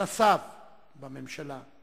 ופרנסיו בממשלה,